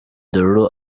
derulo